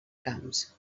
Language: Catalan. camps